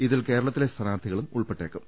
ഇതിൽ കേരളത്തിലെ സ്ഥാനാർത്ഥി കളും ഉൾപ്പെട്ടേക്കും